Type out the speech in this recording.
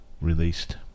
released